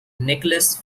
nicholas